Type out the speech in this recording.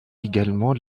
également